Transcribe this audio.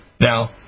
now